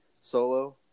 solo